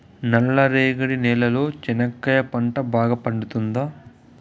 నల్ల రేగడి నేలలో చెనక్కాయ పంట బాగా పండుతుందా?